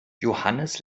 johannes